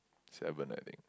seven I think